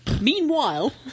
Meanwhile